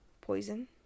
Poison